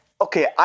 okay